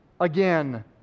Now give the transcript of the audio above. again